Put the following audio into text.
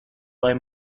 lai